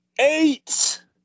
eight